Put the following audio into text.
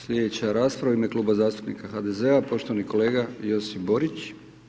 Sljedeća rasprava u Ime kluba zastupnika HDZ-a, poštovani kolega Josip Borić.